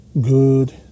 good